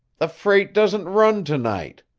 the freight doesn't run to-night.